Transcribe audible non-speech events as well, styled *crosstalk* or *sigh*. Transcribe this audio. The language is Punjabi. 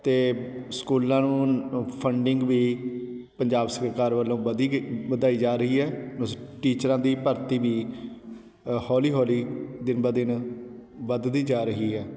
ਅਤੇ ਸਕੂਲਾਂ ਨੂੰ ਫੰਡਿੰਗ ਵੀ ਪੰਜਾਬ ਸਰਕਾਰ ਵੱਲੋਂ ਬਦੀ ਵਧਾਈ ਜਾ ਰਹੀ ਹੈ *unintelligible* ਟੀਚਰਾਂ ਦੀ ਭਰਤੀ ਵੀ ਹੌਲੀ ਹੌਲੀ ਦਿਨ ਬ ਦਿਨ ਵਧਦੀ ਜਾ ਰਹੀ ਹੈ